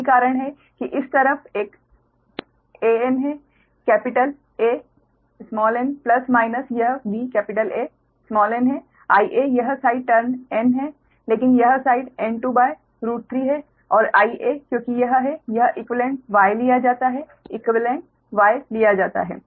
यही कारण है कि इस तरफ एक AN है कैपिटल 'An' प्लस माइनस यह VAn है Ia यह साइड टर्न N है लेकिन यह साइड N23 है और Ia क्योंकि यह है यह इक्वीवेलेंट Y लिया जाता है इक्वीवेलेंट Y लिया जाता है